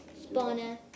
spawner